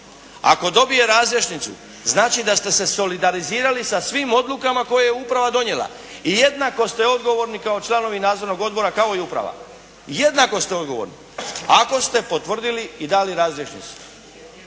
ako dobije razrješnicu znači da ste se solidarizirali sa svim odlukama koje je uprava donijela i jednako ste odgovorni kao članovi nadzornog odbora kao i uprava. Jednako ste odgovorni, ako ste potvrdili i dali razrješnicu.